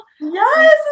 Yes